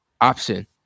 option